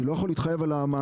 אני לא יכול להתחייב על החובה,